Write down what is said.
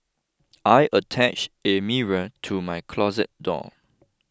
I attached a mirror to my closet door